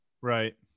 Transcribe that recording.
right